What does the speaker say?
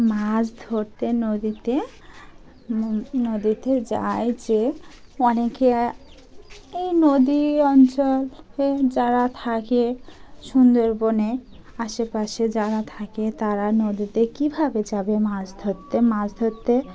মাছ ধরতে নদীতে নদীতে যায় যে অনেকে এই নদী অঞ্চল যারা থাকে সুন্দরবনে আশেপাশে যারা থাকে তারা নদীতে কীভাবে যাবে মাছ ধরতে মাছ ধরতে